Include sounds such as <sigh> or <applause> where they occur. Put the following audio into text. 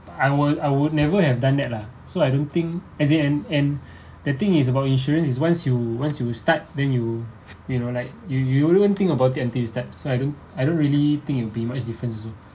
I would I would never have done that lah so I don't think as it and and <breath> the thing is about insurance is once you once you start then you you know like you you wouldn't even think about it until you start so I don't I don't really think it will be much different also